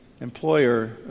employer